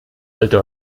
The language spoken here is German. alte